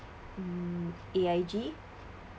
mm A_I_G